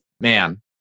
Man